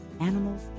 animals